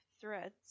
threads